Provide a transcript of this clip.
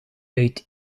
uit